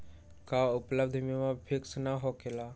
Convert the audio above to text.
का उपलब्ध बीमा फिक्स न होकेला?